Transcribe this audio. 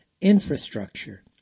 infrastructure